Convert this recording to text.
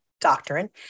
doctrine